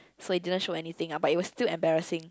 so it didn't show anything but it will still embarrassing